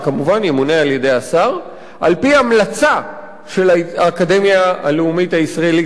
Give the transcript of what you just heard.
על-פי המלצה של האקדמיה הלאומית הישראלית למדעים.